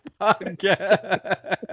podcast